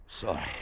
Sorry